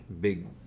big